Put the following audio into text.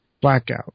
blackout